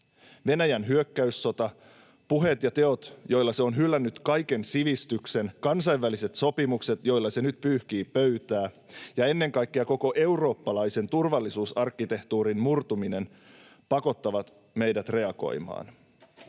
Venäjän hyökkäyssota, puheet ja teot, joilla se on hylännyt kaiken sivistyksen, kansainväliset sopimukset, joilla se nyt pyyhkii pöytää, ja ennen kaikkea koko eurooppalaisen turvallisuusarkkitehtuurin murtuminen pakottavat meidät reagoimaan.